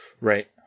Right